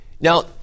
Now